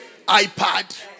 iPad